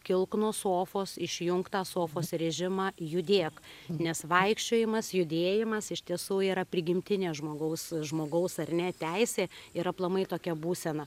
kilk nuo sofos išjunk tą sofos režimą judėk nes vaikščiojimas judėjimas iš tiesų yra prigimtinė žmogaus žmogaus ar ne teisė ir aplamai tokia būsena